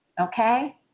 Okay